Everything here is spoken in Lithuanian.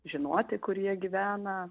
žinoti kur jie gyvena